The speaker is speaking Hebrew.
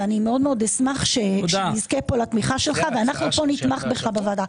ואני מאוד מאוד אשמח שנזכה פה לתמיכה שלך ואנחנו פה נתמוך בך בוועדה.